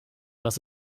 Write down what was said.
was